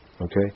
Okay